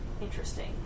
interesting